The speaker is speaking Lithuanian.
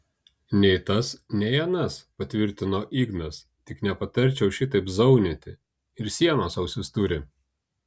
nei tas nei anas patvirtino ignas tik nepatarčiau šitaip zaunyti ir sienos ausis turi